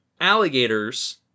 alligators